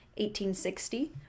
1860